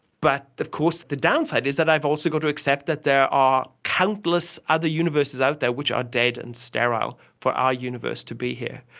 but of course the downside is that i've also got to accept that there are countless other universes out there which are dead and sterile for our universe to be here.